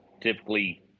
typically